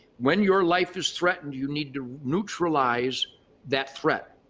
when your life is threatened, you need to neutralize that threat.